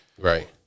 Right